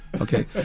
okay